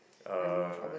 uh